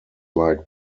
like